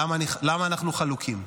למה אנחנו חלוקים?